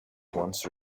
once